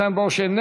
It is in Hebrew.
איתן ברושי,